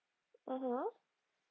mmhmm